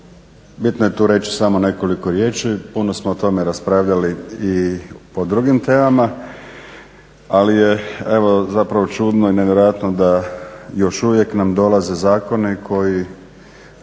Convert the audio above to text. bitno je tu reći samo nekoliko riječi. Puno smo o tome raspravljali i po drugim temama, ali je evo zapravo čudno i nevjerojatno da još uvijek nam dolaze zakoni koji